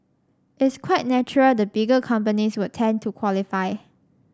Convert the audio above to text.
it's quite natural the bigger companies would tend to qualify